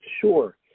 Sure